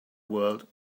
world